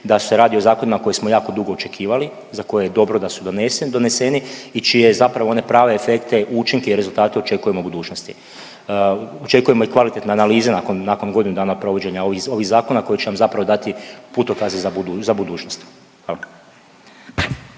da se radi o zakonima koji smo jako dugo očekivali i za koje je dobro da su doneseni i čije je zapravo one prave efekte, učinke i rezultate očekujemo u budućnosti. Očekujemo i kvalitetne analize nakon godinu dana provođenja ovih zakona koji će nam zapravo dati putokaze za budućnost. Hvala.